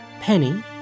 Penny